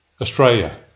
Australia